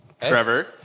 Trevor